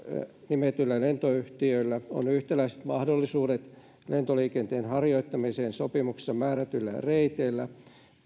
nimetyillä lentoyhtiöillä on yhtäläiset mahdollisuudet lentoliikenteen harjoittamiseen sopimuksessa määritellyillä reiteillä